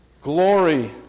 Glory